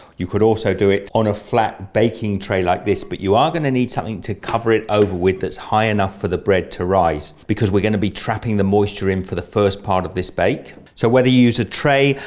you could also do it on a flat baking tray like this but you are going to need something to cover it over with thats high enough for the bread to rise because we're going to be trapping the moisture in for the first part of this bake. so whether you use a tray,